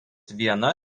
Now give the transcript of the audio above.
viena